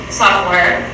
software